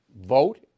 vote